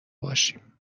باشیم